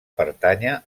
pertànyer